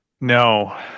No